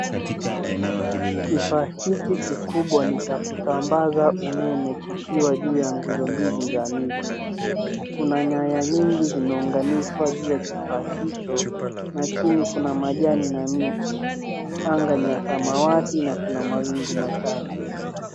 Kifaa hiki kikubwa ni cha kusambaza umeme kikiwa juu ya nguzo mbili za miti. Kuna nyaya nyingi zimeunganishwa juu ya kifaa hicho na chini kuna majani na miti. Anga ni ya samawati na kuna mawingu machache.